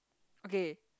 okay